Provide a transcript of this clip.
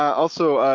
also,